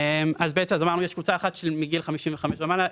אז אמרנו שקבוצה אחת היא מגיל 55 ומעלה,